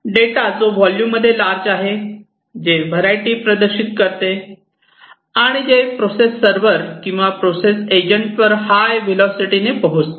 data जो volumes मध्ये large आहे जे व्हरायटी प्रदर्शित करते आणि जे प्रोसेस सर्व्हर किंवा प्रोसेस एजंटवर हाय व्हिलासिटीने पोहोचते